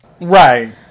Right